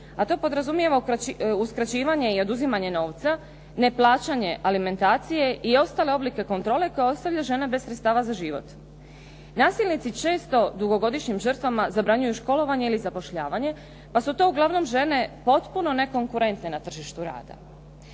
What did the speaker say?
a to podrazumijeva uskraćivanje i oduzimanje novca, neplaćanje alimentacije i ostale oblike kontrole koje ostavlja žene bez sredstava za život. Nasilnici često dugogodišnjim žrtvama zabranjuju školovanje ili zapošljavanje, pa su to uglavnom žene potpuno nekonkurentne na tržištu rada.